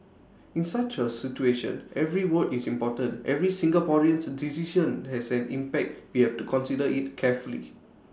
in such A situation every vote is important every Singaporean's decision has an impact we have to consider IT carefully